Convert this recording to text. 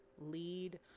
lead